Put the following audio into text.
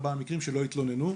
ארבעה מקרים שלא התלוננו,